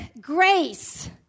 grace